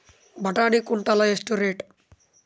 ಬಟಾಣಿ ಕುಂಟಲ ಎಷ್ಟು ರೇಟ್?